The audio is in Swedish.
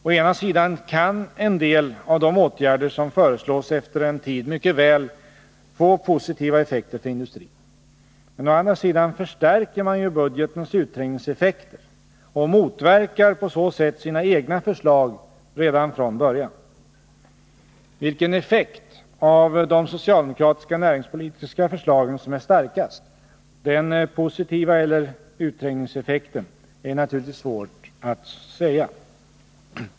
Å ena sidan kan en del av de åtgärder som föreslås efter en tid mycket väl få positiva effekter för industrin. Men å andra sidan förstärker man budgetens utträngningseffekter och motverkar på så sätt sina egna förslag redan från början. Vilken effekt av de socialdemokratiska näringspolitiska förslagen som är starkast, den positiva effekten eller utträngningseffekten, är naturligtvis svårt att säga.